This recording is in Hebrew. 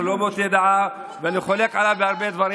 לא באותה דעה ואני חולק עליו בהרבה דברים,